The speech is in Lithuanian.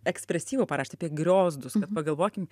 ekspresyvų parašėt apie griozdus kad pagalvokim